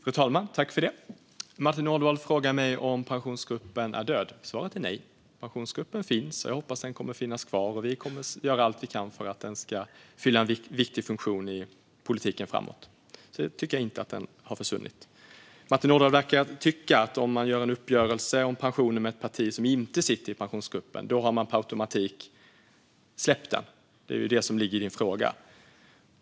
Fru talman! Martin Ådahl frågade mig om Pensionsgruppen är död. Svaret är nej. Pensionsgruppen finns, och jag hoppas att den kommer att finnas kvar. Vi kommer att göra allt vi kan för att den ska fylla en viktig funktion i politiken framåt. Jag tycker inte att den har försvunnit. Martin Ådahl verkar tycka att man, om man gör en uppgörelse om pensioner med ett parti som inte sitter i Pensionsgruppen, per automatik har släppt denna grupp. Det ligger i hans fråga.